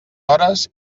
hores